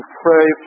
pray